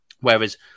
Whereas